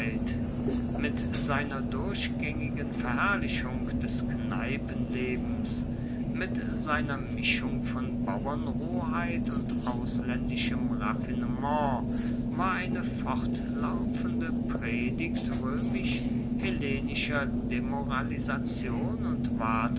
mit seiner durchgaengigen verherrlichung des kneipenlebens mit seiner mischung von bauernroheit und auslaendischem raffinement war eine fortlaufende predigt roemisch hellenischer demoralisation und